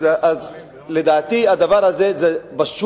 לדעתי זה גם יעשיר את עולמו של הרופא.